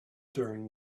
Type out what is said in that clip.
during